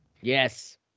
Yes